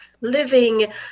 living